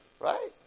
Right